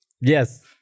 Yes